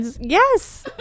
yes